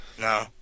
No